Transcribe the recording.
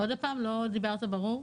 עוד הפעם, לא דיברת ברור.